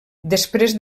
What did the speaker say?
després